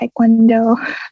taekwondo